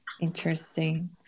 Interesting